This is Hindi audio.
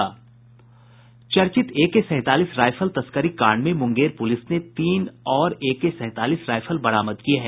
चर्चित एके सैंतालीस रायफल तस्करी कांड में मूंगेर पूलिस ने तीन और एके सैंतालीस रायफल बरामद किये हैं